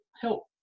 help